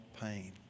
pain